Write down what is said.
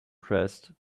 pressed